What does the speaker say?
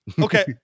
okay